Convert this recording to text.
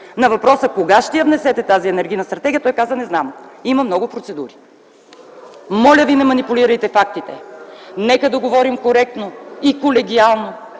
На въпроса: „Кога ще я внесете тази Енергийна стратегия?”, той каза: „Не знам, има много процедури”. Моля ви не манипулирайте фактите. Нека да говорим коректно и колегиално,